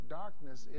darkness